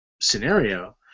scenario